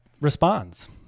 responds